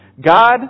God